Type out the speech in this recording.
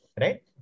right